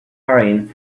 hurrying